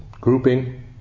grouping